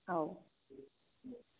औ